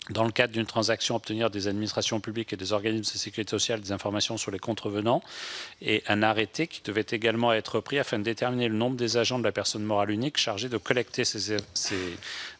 dans le cadre d'une transaction, obtenir des administrations publiques et des organismes de sécurité sociale des informations sur les contrevenants ; un arrêté visant à déterminer le nombre des agents de la personne morale unique chargés de collecter ces informations